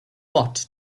what